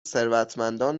ثروتمندان